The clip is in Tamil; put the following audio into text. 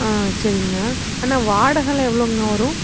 ஆ சரிங்கண்ணா அண்ணா வாடகைல்லாம் எவ்வளோங்கண்ணா வரும்